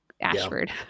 Ashford